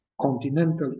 continental